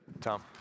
Tom